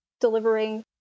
delivering